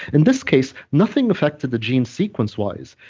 in this case, nothing effected the gene sequence-wise.